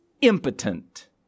impotent